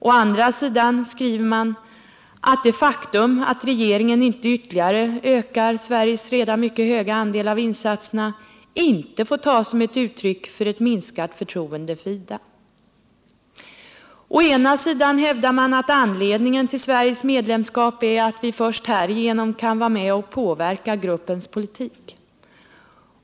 Å andra sidan skriver man att det faktum att regeringen inte ytterligare ökar Sveriges redan mycket höga andel av insatserna inte får tas som ett uttryck för ett minskat förtroende för IDA. Å ena sidan hävdar man att anledningen till Sveriges medlemskap är att vi först härigenom kan vara med om att påverka gruppens politik.